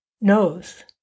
knows